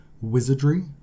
wizardry